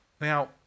Now